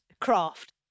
craft